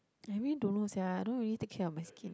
I really don't know sia I don't really take care of my skin